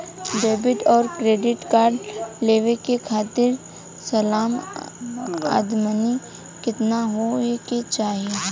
Debit और credit card लेवे के खातिर सलाना आमदनी कितना हो ये के चाही?